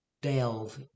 delve